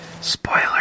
Spoiler